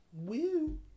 Woo